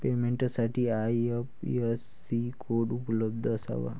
पेमेंटसाठी IFSC code उपलब्ध असावा